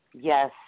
Yes